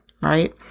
right